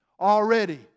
Already